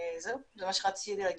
זהו, זה מה שרציתי להגיד.